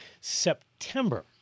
September